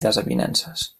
desavinences